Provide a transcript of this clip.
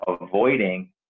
avoiding